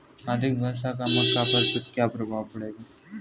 अधिक वर्षा का मक्का पर क्या प्रभाव पड़ेगा?